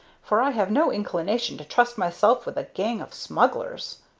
for i have no inclination to trust myself with a gang of smugglers.